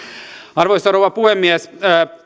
arvoisa rouva puhemies